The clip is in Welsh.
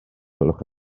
gwelwch